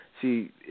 See